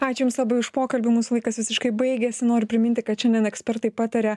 ačiū jums labai už pokalbių mūsų vaikas visiškai baigės noriu priminti kad šiandien ekspertai pataria